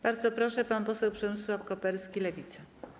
Bardzo proszę, pan poseł Przemysław Koperski, Lewica.